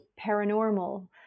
paranormal